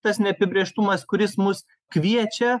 tas neapibrėžtumas kuris mus kviečia